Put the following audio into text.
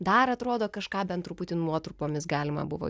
dar atrodo kažką bent truputį nuotrupomis galima buvo